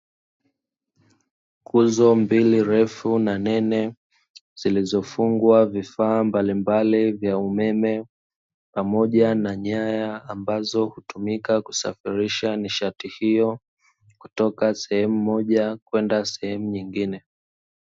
Nguzo mbili refu na nene zilizofungwa vifaa mbalimbali vya umeme, pamoja na nyaya ambazo hutumika kusafirisha nishati hiyo kutoka sehemu moja kwenda sehemu nyingine.